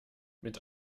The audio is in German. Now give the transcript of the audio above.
mit